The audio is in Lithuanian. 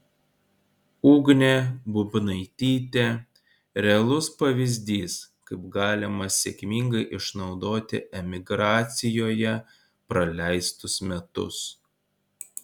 ugnė bubnaitytė realus pavyzdys kaip galima sėkmingai išnaudoti emigracijoje praleistus metus